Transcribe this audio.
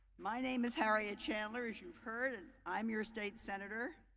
my name is harriet chandler as you've heard and i'm your state senator.